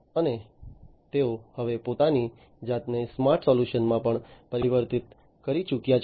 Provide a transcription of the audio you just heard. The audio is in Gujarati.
અને તેઓ હવે પોતાની જાતને સ્માર્ટ સોલ્યુશન્સમાં પણ પરિવર્તિત કરી ચૂક્યા છે